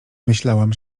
myślałam